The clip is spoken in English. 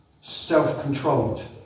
self-controlled